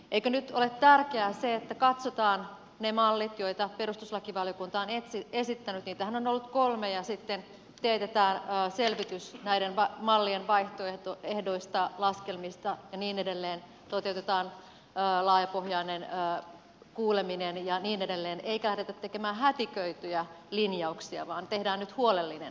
eikö nyt ole tärkeää se että katsotaan ne mallit joita perustuslakivaliokunta on esittänyt niitähän on ollut kolme ja sitten teetetään selvitys näiden mallien vaihtoehdoista ja laskelmista toteutetaan laajapohjainen kuuleminen ja niin edelleen eikä lähdetä tekemään hätiköityjä lin jauksia vaan tehdään nyt huolellinen valmistelu